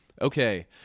Okay